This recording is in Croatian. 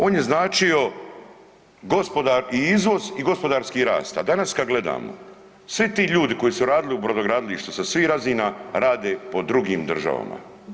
On je značio gospodarski izvoz i gospodarski rast, a danas kad gledamo, svi ti ljudi koji su radili u Brodogradilištu sa svih razina rade po drugim državama.